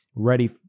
Ready